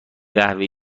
قهوه